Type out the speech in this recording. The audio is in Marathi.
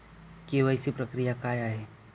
के.वाय.सी प्रक्रिया काय आहे?